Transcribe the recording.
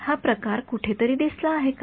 हा प्रकार कुठेतरी दिसला आहे का